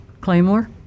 Claymore